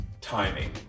timing